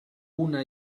una